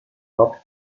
fapt